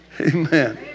Amen